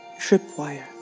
tripwire